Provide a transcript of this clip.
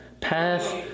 Path